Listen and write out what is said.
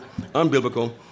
unbiblical